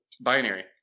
binary